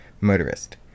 Motorist